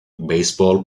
baseball